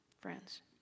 friends